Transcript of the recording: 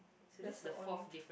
that's the only